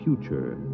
future